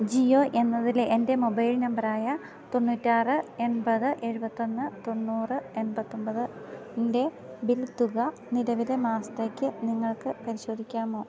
ജിയോ എന്നതിലെ എൻ്റെ മൊബൈൽ നമ്പറായ തൊണ്ണൂറ്റി ആറ് എൺപത് എഴുപത്തി ഒന്ന് തൊണ്ണൂറ് എൻപത്തി ഒൻപത് ൻ്റെ ബിൽ തുക നിലവിലെ മാസത്തേയ്ക്ക് നിങ്ങൾക്ക് പരിശോധിക്കാമോ